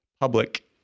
public